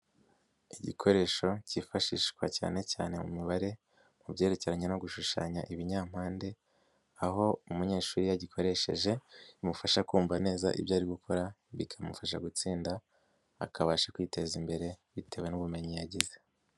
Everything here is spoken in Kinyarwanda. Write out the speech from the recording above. Igikoresho cyifashishwa cyane cyane mu mibare mu byerekeranye no gushushanya ibinyampande, aho umunyeshuri iyo agikoresheje bimufasha kumva neza ibyo ari gukora bikamufasha gutsinda, akabasha kwiteza imbere bitewe n'ubumenyi yagize.